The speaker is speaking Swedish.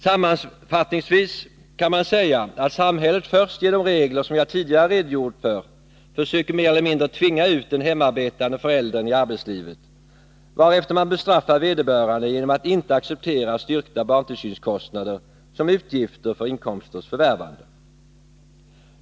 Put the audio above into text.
Sammanfattningsvis kan man säga att samhället först genom regler som jag tidigare redogjort för försöker mer eller mindre tvinga ut den hemarbetande föräldern i arbetslivet, varefter man bestraffar vederbörande genom att inte acceptera styrkta barntillsynskostnader som utgifter för inkomsters förvärvande.